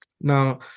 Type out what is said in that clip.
now